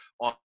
on